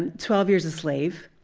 and twelve years a slave,